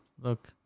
Look